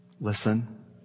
Listen